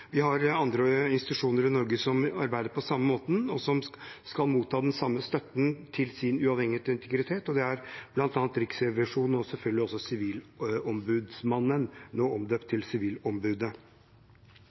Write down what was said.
Vi har andre institusjoner i Norge som arbeider på samme måte, og som skal motta den samme støtten til sin uavhengighet og integritet. Det er bl.a. Riksrevisjonen og selvfølgelig også Sivilombudsmannen, nå omdøpt